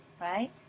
right